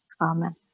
Amen